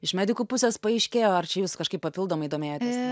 iš medikų pusės paaiškėjo ar čia jus kažkaip papildomai domėjotės